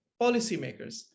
policymakers